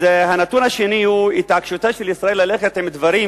הנתון השני הוא התעקשותה של ישראל ללכת עם דברים